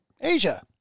asia